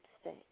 state